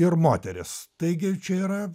ir moteris taigi čia yra